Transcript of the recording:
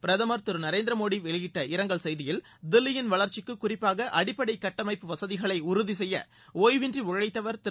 பிரதம் திரு நரேந்திரமோடி வெளியிட்ட இரங்கல் செய்தியில் தில்லியின் வளா்ச்சிக்கு குறிப்பாக அடிப்படை கட்டணப்பு வசதிகளை உறுதிசெய்ய ஓய்வின்றி உளழத்தவா் திரு